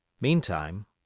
Meantime